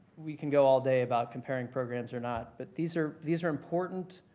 we can go all day about comparing programs or not. but these are these are important